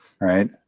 right